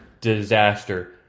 disaster